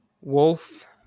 Wolf